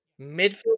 Midfield